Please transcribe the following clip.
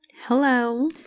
Hello